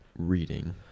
Reading